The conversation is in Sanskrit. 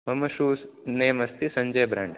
मम शूस् नेम् अस्ति सञ्जय् ब्राण्ड्